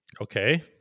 Okay